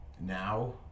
now